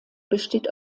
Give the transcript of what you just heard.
besteht